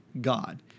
God